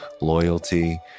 loyalty